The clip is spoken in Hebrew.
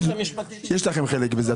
יש לכם חלק בזה,